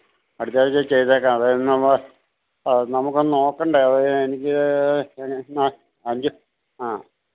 അടുത്തയാഴ്ച ചെയ്തേക്കാം അതായത് നമ്മള് നമുക്കൊന്ന് നോക്കണ്ടേ അതായത് എനിക്ക് അഞ്ച് ആ